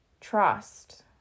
trust